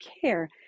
care